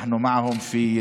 (אומר דברים בשפה